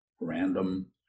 random